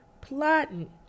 plotting